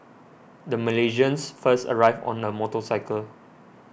the Malaysians first arrived on a motorcycle